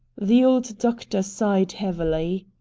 the old doctor sighed heavily.